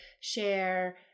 share